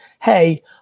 Hey